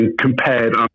compared